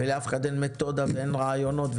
ולאף אחד אין מתודה ואין רעיונות,